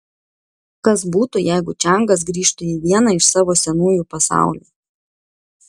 kas būtų jeigu čiangas grįžtų į vieną iš savo senųjų pasaulių